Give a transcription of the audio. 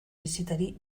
bisitari